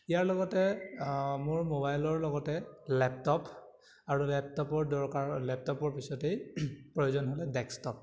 ইয়াৰ লগতে মোৰ মোবাইলৰ লগতে লেপটপ আৰু লেপটপৰ দৰকাৰ লেপটপৰ পিছতেই প্ৰয়োজন হ'লে ডেক্সটপ